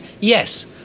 yes